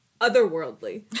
Otherworldly